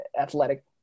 athletic